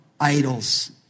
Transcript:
Idols